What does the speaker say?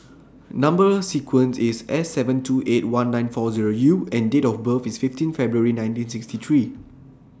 Number sequence IS S seven two eight one nine four Zero U and Date of birth IS fifteen February nineteen sixty three